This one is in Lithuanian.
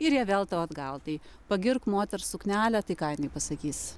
ir jie vėl tau atgal tai pagirk moters suknelę tai ką jinai pasakys